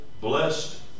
blessed